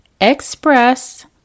express